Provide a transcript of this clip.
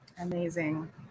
Amazing